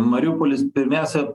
mariupolis pirmiausia